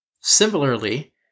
Similarly